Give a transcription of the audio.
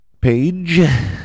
page